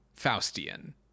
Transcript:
Faustian